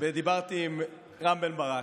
ודיברתי עם רם בן ברק,